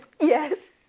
Yes